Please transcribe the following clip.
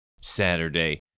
Saturday